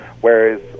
Whereas